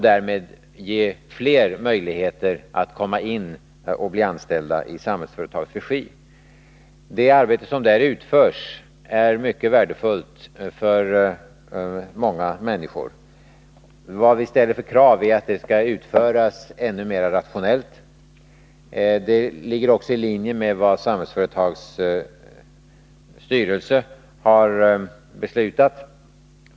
Därmed ger vi fler handikappade möjligheter att komma in och bli anställda i Samhällsföretags regi. Det arbete som där utförs är mycket värdefullt för många människor. Det krav vi ställer är att det skall utföras ännu mer rationellt. Det ligger också i linje med vad Samhällsföretags styrelse har beslutat.